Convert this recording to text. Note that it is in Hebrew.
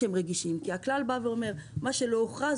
הכלל אומר שמה שלא הוכרז,